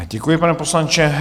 Děkuji, pane poslanče.